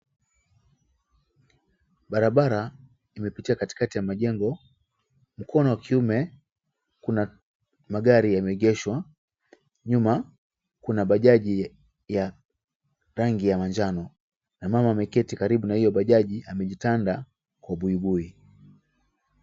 Barabara, imepitia katikati ya majengo. Mkono wa kiume, kuna magari yameegeshwa. Nyuma kuna bajaji ya rangi ya manjano na mama ameketi karibu na hiyo bajaji amejitanda kwa buibui.